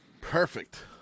Perfect